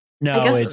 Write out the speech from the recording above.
no